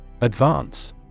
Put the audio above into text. Advance